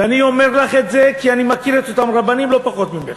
ואני אומר לך את זה כי אני מכיר את אותם רבנים לא פחות ממך.